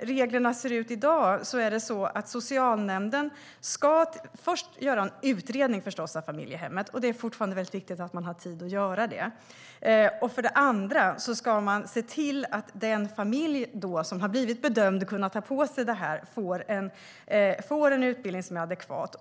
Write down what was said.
reglerna ser ut i dag ska socialnämnden förstås först göra en utredning av familjehemmet, och det är fortfarande mycket viktigt att man har tid att göra det. Sedan ska man se till att den familj som man har bedömt ska kunna ta på sig detta får en adekvat utbildning.